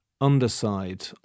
underside